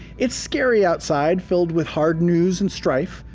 it's scary outside, filled with hard news and strife.